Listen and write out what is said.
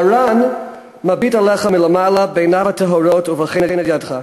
מרן מביט עליך מלמעלה בעיניו הטהורות ובוחן את ידך,